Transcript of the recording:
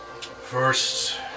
First